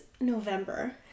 November